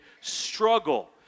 struggle